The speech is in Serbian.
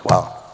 Hvala.